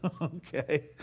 Okay